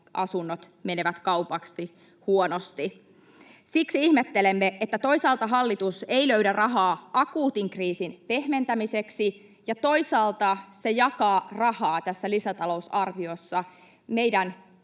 asunnot menevät kaupaksi huonosti. Siksi ihmettelemme, että toisaalta hallitus ei löydä rahaa akuutin kriisin pehmentämiseksi ja toisaalta se jakaa rahaa tässä lisätalousarviossa meidän,